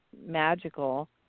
magical